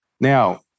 Now